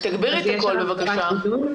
יש עליו חובת בידוד.